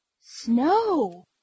Snow